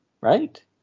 Right